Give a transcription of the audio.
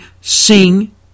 sing